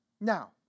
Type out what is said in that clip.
Now